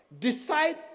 Decide